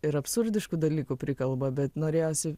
ir absurdiškų dalykų prikalba bet norėjosi